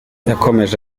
yakomeje